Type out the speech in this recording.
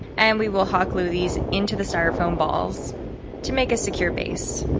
and we will hot glue these into the styrofoam balls to make a secure base.